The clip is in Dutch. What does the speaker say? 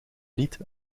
niet